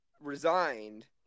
resigned